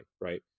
right